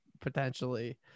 potentially